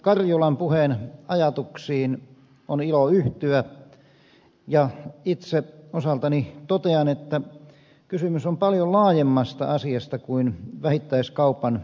karjulan puheen ajatuksiin on ilo yhtyä ja itse osaltani totean että kysymys on paljon laajemmasta asiasta kuin vähittäiskaupan aukioloista